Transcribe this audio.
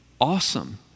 awesome